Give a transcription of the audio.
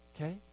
Okay